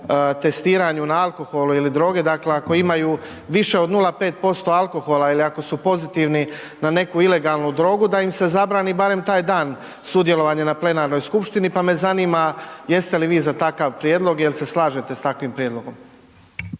testiranju na alkohol ili droge, dakle ako imaju više od 0,5% alkohola ili ako su pozitivni na neku ilegalnu drogu da im se zabrani barem taj dan sudjelovanje na plenarnoj skupštini. Pa me zanima jeste li vi za takav prijedlog, jel se slažete s takvim prijedlogom?